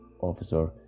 officer